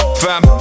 fam